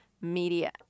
Media